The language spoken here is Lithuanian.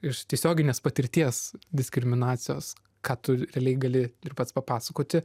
iš tiesioginės patirties diskriminacijos kad realiai gali ir pats papasakoti